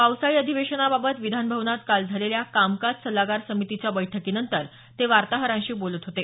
पावसाळी अधिवेशनाबाबत विधानभवनात काल झालेल्या कामकाज सल्लागार समितीच्या बैठकीनंतर ते वार्ताहरांशी बोलत होते